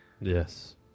yes